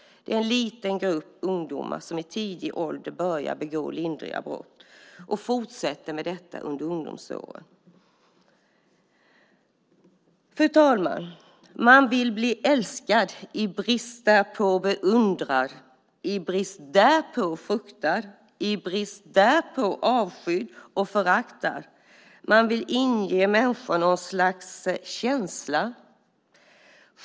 Det är en liten grupp ungdomar som i tidig ålder börjar begå lindriga brott och fortsätter med det under ungdomsåren. Fru talman! "Man vill bli älskad, i brist därpå beundrad, i brist därpå fruktad, i brist därpå avskydd och föraktad, man vill ingiva människorna någon slags känsla.